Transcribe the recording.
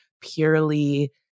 purely